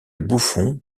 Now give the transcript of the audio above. bouffon